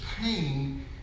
pain